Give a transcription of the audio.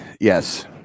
Yes